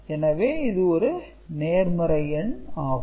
எனவே இது ஒரு நேர்மறை எண் ஆகும்